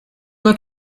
look